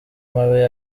mabi